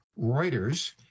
Reuters